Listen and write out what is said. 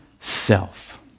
self